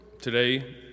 today